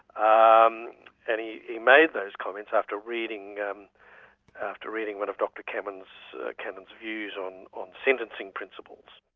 um and he he made those comments after reading um after reading one of dr cannon's cannon's views on on sentencing principles.